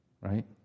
Right